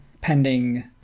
pending